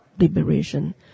liberation